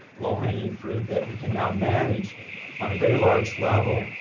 low-hanging fruit that we can now manage on a very large level.